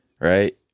right